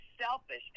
selfish